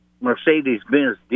Mercedes-Benz